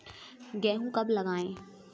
गेहूँ कब लगाएँ?